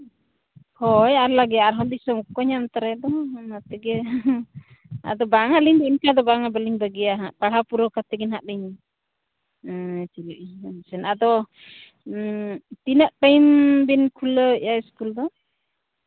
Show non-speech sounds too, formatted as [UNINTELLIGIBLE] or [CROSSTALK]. ᱦᱳᱭ [UNINTELLIGIBLE] ᱚᱱᱟ ᱛᱮᱜᱮ ᱦᱮᱸ ᱟᱫᱚ ᱵᱟᱝ ᱟᱹᱞᱤᱧ ᱚᱱᱠᱟ ᱫᱚ ᱵᱟᱝᱟ ᱵᱟᱹᱞᱤᱧ ᱵᱟᱹᱜᱤᱭᱟ ᱦᱟᱸᱜ ᱯᱟᱲᱦᱟᱣ ᱯᱩᱨᱟᱹᱣ ᱠᱟᱛᱮᱫᱜᱮ ᱦᱟᱸᱜ ᱞᱤᱧ ᱟᱫᱚ ᱛᱤᱱᱟᱹᱜ ᱴᱟᱭᱤᱢ ᱵᱤᱱ ᱠᱷᱩᱞᱟᱹᱣᱮᱫᱼᱟ ᱥᱠᱩᱞ ᱫᱚ